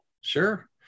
Sure